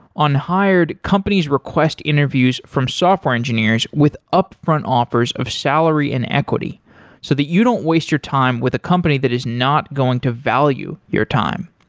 on hired, companies request interviews from software engineers with upfront offers of salary and equity so that you don't waste your time with a company that is not going to value your time.